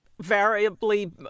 variably